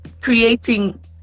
Creating